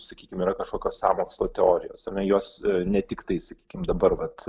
sakykime yra kažkokio sąmokslo teorijos ar ne jos ne tiktai sakykim dabar vat